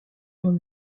dans